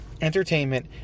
entertainment